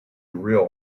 real